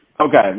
Okay